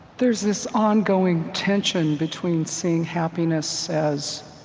there's this ongoing tension between seeing happiness as